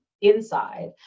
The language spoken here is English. inside